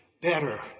Better